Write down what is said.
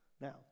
Now